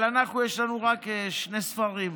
אבל אנחנו, יש לנו רק שני ספרים,